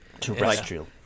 Terrestrial